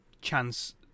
chance